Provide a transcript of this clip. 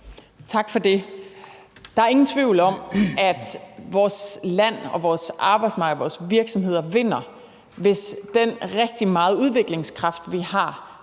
Tak for det. Der er ingen tvivl om, at vores land, vores arbejdsmarked og vores virksomheder vinder, hvis den rigtig store udviklingskraft, vi har